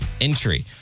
entry